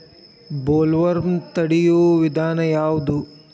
Bollworm ತಡಿಯು ವಿಧಾನ ಯಾವ್ದು?